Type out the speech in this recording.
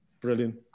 Brilliant